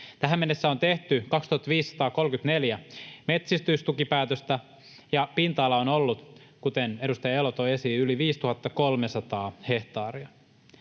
Tähän mennessä on tehty 2 534 metsitystukipäätöstä ja pinta-ala on ollut, kuten edustaja Elo toi esiin, yli 5 300 hehtaaria.